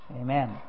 Amen